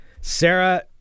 Sarah